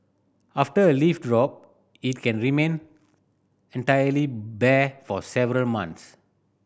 after a leaf drop it can remain entirely bare for several months